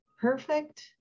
perfect